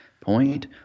point